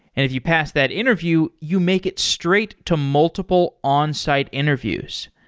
if you pass that interview, you make it straight to multiple onsite interviews.